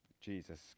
Jesus